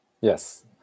Yes